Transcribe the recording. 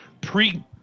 pre